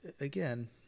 again